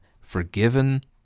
forgiven